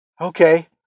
okay